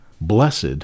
Blessed